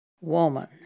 woman